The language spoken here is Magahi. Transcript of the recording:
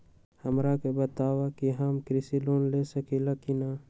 हमरा के बताव कि हम कृषि लोन ले सकेली की न?